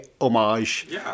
homage